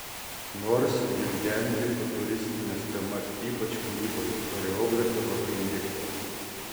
nors gvildenti futuristines temas ypač kūryboje choreografė labai mėgsta